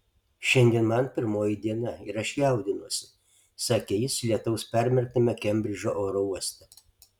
šiandien man pirmoji diena ir aš jaudinuosi sakė jis lietaus permerktame kembridžo oro uoste